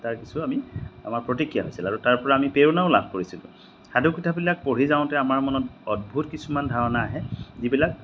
তাৰ কিছু আমি আমাৰ প্ৰতিক্ৰিয়া হৈছিল আৰু তাৰপৰা আমি প্ৰেৰণাও লাভ কৰিছিলোঁ সাধুকথাবিলাক পঢ়ি যাওঁতে আমাৰ মনত অদ্ভুত কিছুমান ধাৰণা আহে যিবিলাক